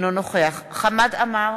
אינו נוכח חמד עמאר,